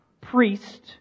priest